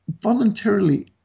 voluntarily